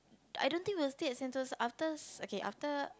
I don't think we will stay in Sentosa after